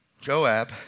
Joab